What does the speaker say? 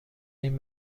این